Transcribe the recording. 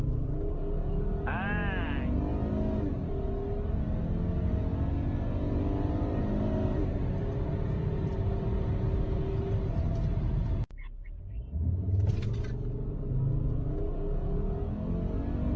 ᱦᱮᱸᱻ